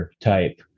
type